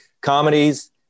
comedies